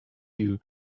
you